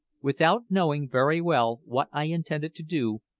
without knowing very well what i intended to do,